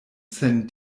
sen